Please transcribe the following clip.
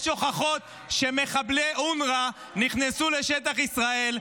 יש הוכחות שמחבלי אונר"א נכנסו לשטח ישראל,